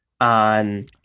on